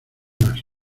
más